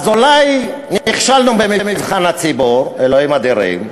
אולי נכשלנו במבחן הציבור, אלוהים אדירים.